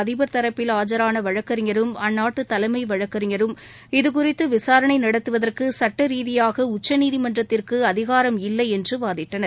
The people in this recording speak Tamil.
அதிபர் தரப்பில் ஆஜரான வழக்கறிஞரும் அந்நாட்டு தலைமை வழக்கறிஞரும் இது குறித்து விசாரணை நடத்துவதற்கு சட்டரீதியாக உச்சநீதிமன்றத்திற்கு அதிகாரம் இல்லை என்று வாதிட்டனர்